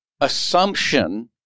assumption